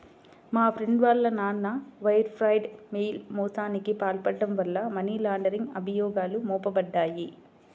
మా ఫ్రెండు వాళ్ళ నాన్న వైర్ ఫ్రాడ్, మెయిల్ మోసానికి పాల్పడటం వల్ల మనీ లాండరింగ్ అభియోగాలు మోపబడ్డాయి